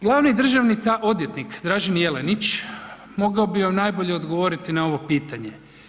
Glavni državni odvjetnik Dražen Jelenić mogao bi vam najbolje odgovoriti na ovo pitanje.